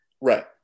Right